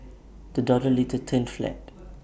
the dollar later turned flat